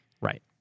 Right